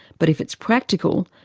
but if it's practical,